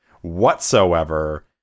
whatsoever